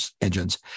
engines